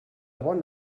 bon